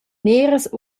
neras